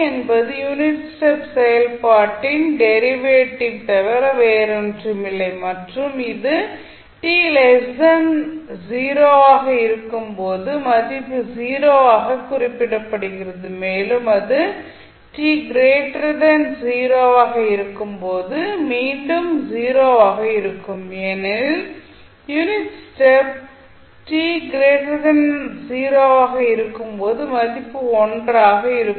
என்பது unit step செயல்பாட்டின் derivative தவிர வேறொன்றுமில்லை மற்றும் இது t 0 ஆக இருக்கும் போது மதிப்பு 0 ஆக குறிப்பிடப்படுகிறது மேலும் அது t 0 ஆக இருக்கும் போது மீண்டும் 0 ஆக இருக்கும் ஏனெனில் யூனிட் ஸ்டெப் t 0 ஆக இருக்கும் போது மதிப்பு 1 ஆக இருக்கும்